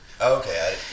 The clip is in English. okay